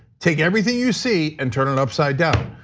take everything you see and turn it upside down.